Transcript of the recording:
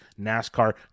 NASCAR